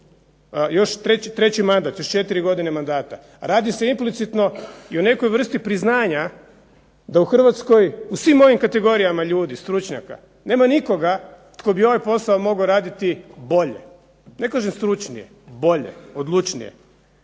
Još treći mandat, još 4 godine mandata. Radi se implicitno i o nekoj vrsti priznanja da u Hrvatskoj u svim ovim kategorijama ljudi stručnjaka, nema nikoga tko bi ovaj posao mogao raditi bolje, ne kažem stručnije, bolje, odlučnije.